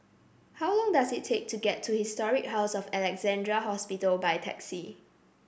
how long does it take to get to Historic House of Alexandra Hospital by taxi